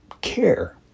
care